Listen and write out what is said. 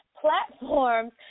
platforms